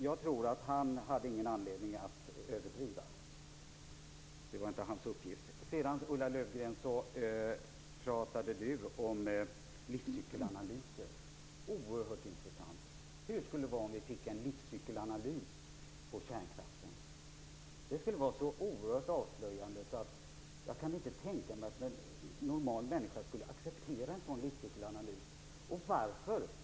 Jag tror inte att Thomas Johansson hade någon anledning att överdriva; det var inte hans uppgift. Ulla Löfgren talade om livscykelanalyser, något som är oerhört intressant. Hur skulle det vara om vi fick en livscykelanalys av kärnkraften? En sådan skulle vara så avslöjande att jag inte kan tänka mig att en normal människa skulle acceptera den. Varför?